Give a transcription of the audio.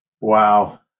Wow